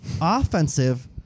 Offensive